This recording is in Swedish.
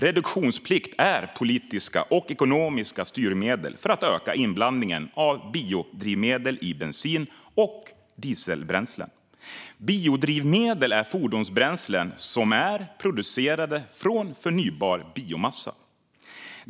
Reduktionsplikt är politiska och ekonomiska styrmedel för att öka inblandningen av biodrivmedel i bensin och dieselbränslen. Biodrivmedel är fordonsbränslen som är producerade från förnybar biomassa.